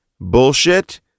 bullshit